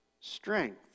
strength